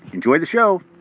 enjoy the show